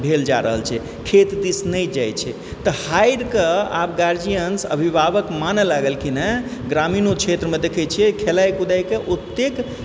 भेल जा रहल छै खेत दिस नहि जाइ छे तऽ हारिकऽ आब गार्जियन्स अभिभावक मानय लागलखिन हँ ग्रामीणों क्षेत्रमे देखै छियै खेलाइ कुदाइके ओतेक